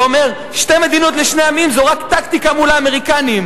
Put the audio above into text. ש"שתי מדינות לשני עמים" זו רק טקטיקה מול האמריקנים.